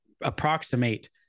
approximate